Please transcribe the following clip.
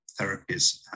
therapies